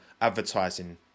advertising